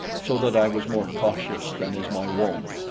so that i was more cautious than is my wont.